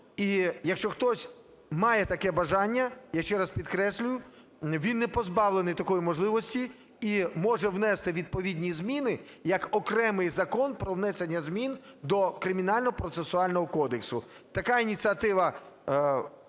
І якщо хтось має таке бажання, я ще раз підкреслюю, він не позбавлений такої можливості і може внести відповідні зміни як окремий Закон про внесення змін до Кримінально-процесуального кодексу. Така ініціатива